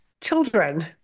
children